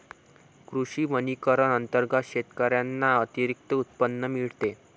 कृषी वनीकरण अंतर्गत शेतकऱ्यांना अतिरिक्त उत्पन्न मिळते